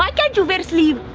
why can't you wear sleeve?